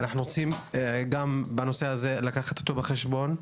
אנחנו רוצים גם בנושא הזה לקחת אותו בחשבון.